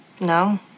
no